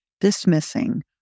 dismissing